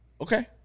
Okay